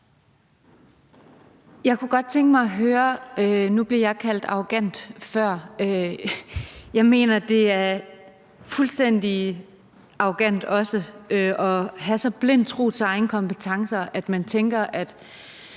Kl. 14:34 Katrine Daugaard (LA): Nu blev jeg kaldt arrogant før. Jeg mener, at det også er fuldstændig arrogant at have en så blind tiltro til egne kompetencer, at man tænker, at